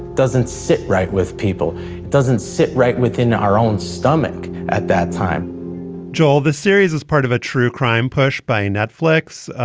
doesn't sit right with people. it doesn't sit right within our own stomach at that time joel, the series is part of a true crime push by netflix.